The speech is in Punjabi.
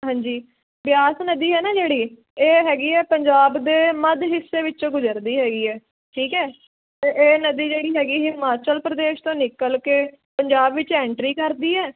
ਹਾਂਜੀ ਬਿਆਸ ਨਦੀ ਹੈ ਨਾ ਜਿਹੜੀ ਇਹ ਹੈਗੀ ਹੈ ਪੰਜਾਬ ਦੇ ਮੱਧ ਹਿੱਸੇ ਵਿੱਚੋਂ ਗੁਜਰਦੀ ਹੈਗੀ ਹੈ ਠੀਕ ਹੈ ਅਤੇ ਇਹ ਨਦੀ ਜਿਹੜੀ ਹੈਗੀ ਹਿਮਾਚਲ ਪ੍ਰਦੇਸ਼ ਤੋਂ ਨਿਕਲ ਕੇ ਪੰਜਾਬ ਵਿੱਚ ਐਂਟਰੀ ਕਰਦੀ ਹੈ